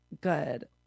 good